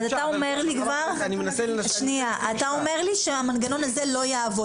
אבל אתה אומר לי כבר שהמנגנון לא יעבוד,